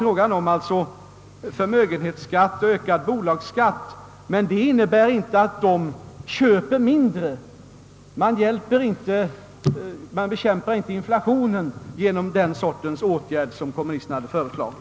ökad förmögenhetsskatt och bolagsskatt innebär ju inte att vederbörande köper mindre. Man bekämpar inte inflationen genom den sorts åtgärder som kommunisterna hade föreslagit.